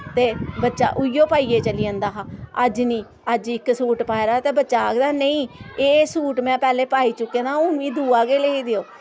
ते बच्चा उऐ पाइयै चली जंदा हा अज्ज नि अज्ज इक सूट पाए दा ते बच्चा आखदा नेईं एह् सूट मैं पैह्ले पाई चुके दा हुन मि दूआ गै लेई देओ